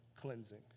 cleansing